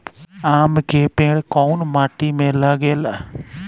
आम के पेड़ कोउन माटी में लागे ला?